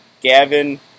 Gavin